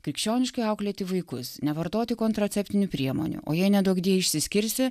krikščioniškai auklėti vaikus nevartoti kontraceptinių priemonių o jei neduokdie išsiskirsi